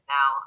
Now